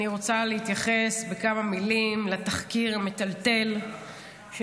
אני רוצה להתייחס בכמה מילים לתחקיר המטלטל של